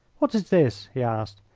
what is this? he asked.